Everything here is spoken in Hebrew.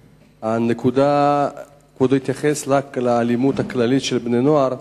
כבודו התייחס רק לאלימות הכללית של בני נוער,